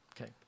Okay